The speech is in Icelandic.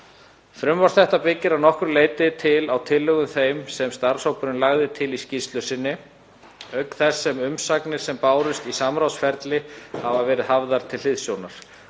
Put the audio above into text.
Frumvarp þetta byggir að nokkru leyti á tillögum þeim sem starfshópurinn lagði til í skýrslu sinni auk þess sem umsagnir sem bárust í samráðsferli hafa verið hafðar til hliðsjónar.